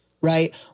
right